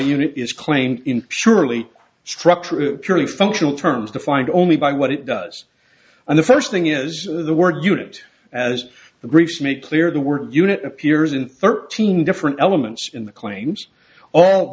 unit is claimed in surely structure purely functional terms defined only by what it does in the first thing is the word unit as the greeks make clear the word unit appears in thirteen different elements in the claims all